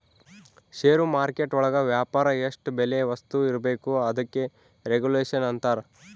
ಷೇರು market ಒಳಗ ವ್ಯಾಪಾರ ಎಷ್ಟ್ ಬೆಲೆ ವಸ್ತು ಇರ್ಬೇಕು ಅದಕ್ಕೆ ರೆಗುಲೇಷನ್ ಅಂತರ